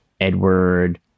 edward